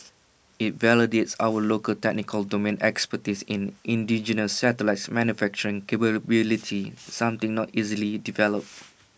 IT validates our local technical domain expertise in indigenous satellites manufacturing capability something not easily developed